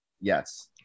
Yes